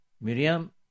Miriam